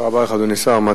תודה רבה לך, אדוני השר.